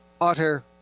utter